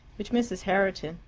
which mrs. herriton,